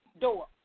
door